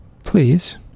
Please